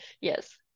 yes